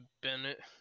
Bennett